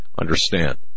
Understand